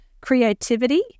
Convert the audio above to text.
Creativity